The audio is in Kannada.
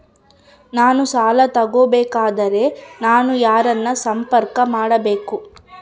ನಾನು ಸಾಲ ತಗೋಬೇಕಾದರೆ ನಾನು ಯಾರನ್ನು ಸಂಪರ್ಕ ಮಾಡಬೇಕು?